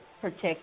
protect